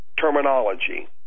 terminology